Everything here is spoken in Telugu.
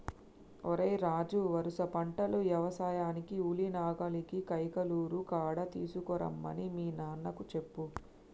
ఓరై రాజు వరుస పంటలు యవసాయానికి ఉలి నాగలిని కైకలూరు కాడ తీసుకురమ్మని మీ నాన్నకు చెప్పు